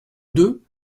deux